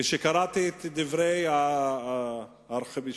כשקראתי את דברי הארכיבישוף,